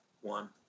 one